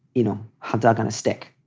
you know, a dog on a stick.